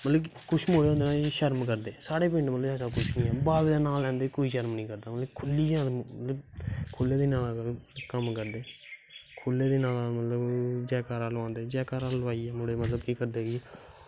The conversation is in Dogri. कुश लोग होंदे कि जैकारा लांदे साढ़ै नी होंदा बाबे दा नांऽ लैंदे कुश शर्म नी करदे मतलव खुल्ले नांऽ कन्नै पुन्न करदे खुल्ले जैकारा लोआंदे न जैकारा लाईयै मतलव करदे न